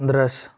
दृश्य